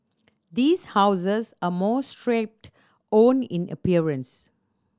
these houses are more stripped own in appearance